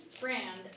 brand